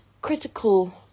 critical